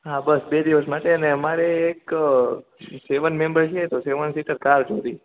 હાં બસ બે દિવસ માટે ને અમારે એક સેવન મેમ્બર છે